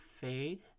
fade